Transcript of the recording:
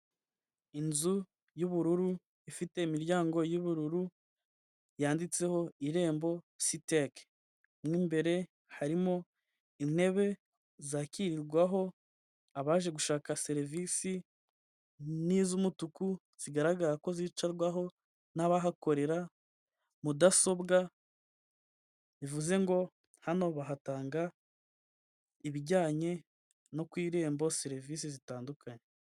Inzu y'ubururu ifite imiryango y'ubururu, yanditseho irembo siteke. Mo imbere harimo intebe zakirirwaho abaje gushaka serivisi n'iz'umutuku zigaragara ko zicarwaho n'abahakorera, mudasobwa bivuze ngo hano bahatanga ibijyanye no ku irembo serivisi zitandukanye.